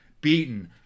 beaten